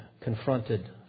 confronted